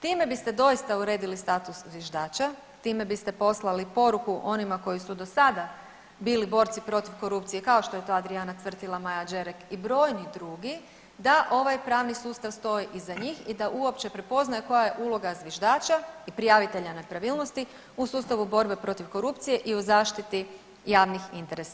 Time biste doista uredili status zviždača, time biste poslali poruku onima koji su do sada bili borci protiv korupcije kao što je to Adrijana Cvrtila, Maja Đerek i brojni drugi, da ovaj pravni sustav stoji iza njih i da uopće prepoznaje koja je uloga zviždača i prijavitelja nepravilnosti u sustavu borbe protiv korupcije i u zaštiti javnih interesa.